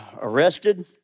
arrested